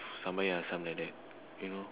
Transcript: sambal air asam like that you know